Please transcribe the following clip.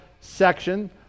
section